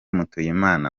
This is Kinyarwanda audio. mutuyimana